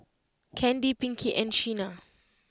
Candy Pinkie and Shena